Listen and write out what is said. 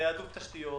תיעדוף תשתיות.